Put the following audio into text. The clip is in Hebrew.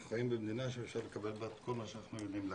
אנחנו חיים במדינה שאפשר לקבל בה את כל מה שאנחנו יודעים לקחת,